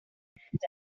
depuis